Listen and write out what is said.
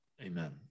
Amen